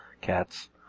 cats